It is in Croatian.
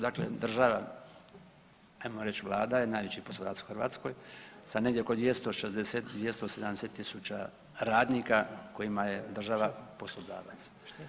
Dakle, država, ajmo reći Vlada je najveći poslodavac u Hrvatskoj sa negdje oko 260, 270 tisuća radnika kojima je država poslodavac.